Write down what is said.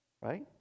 right